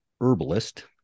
herbalist